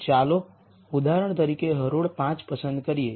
ચાલો ઉદાહરણ તરીકે હરોળ 5 પસંદ કરીએ